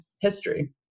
history